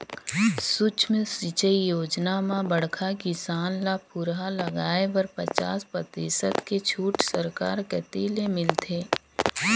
सुक्ष्म सिंचई योजना म बड़खा किसान ल फुहरा लगाए बर पचास परतिसत के छूट सरकार कति ले मिलथे